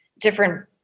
different